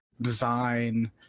design